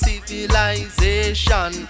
Civilization